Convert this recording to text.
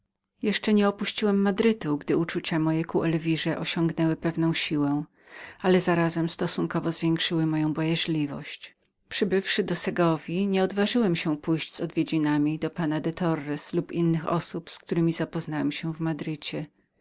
jeszcze nie opuściłem był madrytu gdy uczucia moje ku elwirze doszły głębokiej namiętności ale zarazem stosunkowo zwiększyły moją bojaźliwość przybywszy do segowji niemogłem odważyć się pójść z odwiedzinami do pana de torres lub innych osób z któremi zapoznałem się w madrycie